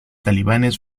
talibanes